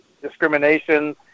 discrimination